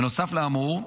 בנוסף לאמור,